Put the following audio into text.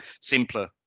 simpler